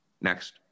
Next